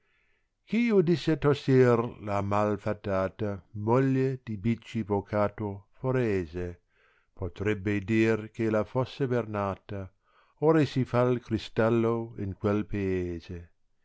hi udisse tossir la mal fatata moglie di bicci vocato forese potrebbe dir che là fosse ternaro ora si fa h crìslatlo ìn quel aese